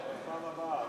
בפעם הבאה.